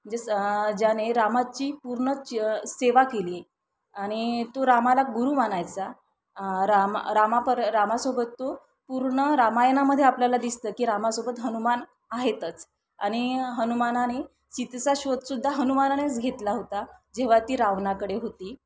जसं ज्याने रामाची पूर्ण च्य सेवा केली आणि तो रामाला गुरु मानायचा राम राम पर रामासोबत तो पूर्ण रामायणामध्ये आपल्याला दिसतं की रामासोबत हनुमान आहेतच आणि हनुमानाने सीतेचा शोधसुद्धा हनुमानानेच घेतला होता जेव्हा ती रावणाकडे होती